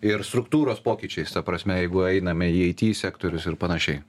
ir struktūros pokyčiais ta prasme jeigu einame į it sektorius ir panašiai